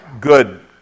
good